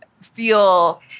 feel